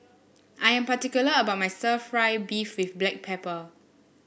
I am particular about my stir fry beef with Black Pepper